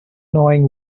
knowing